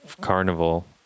carnival